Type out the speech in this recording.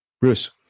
Bruce